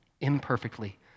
imperfectly